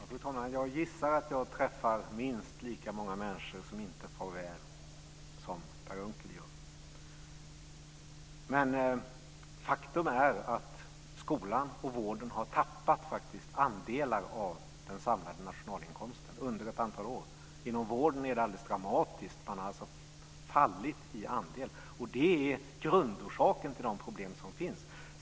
Fru talman! Jag gissar att jag träffar minst lika många människor som inte far väl som Per Unckel gör. Faktum är att skolan och vården har tappat andelar av den samlade nationalinkomsten under ett antal år. Inom vården är det alldeles dramatiskt - man har fallit i andel. Det är grundorsaken till de problem som finns.